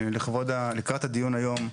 לקראת הדיון היום,